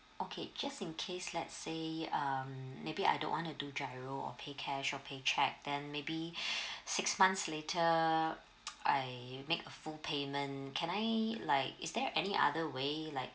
okay just in case let's say um maybe I don't want to do giro or pay cash or pay cheque then maybe six months later I make a full payment can I like is there any other way like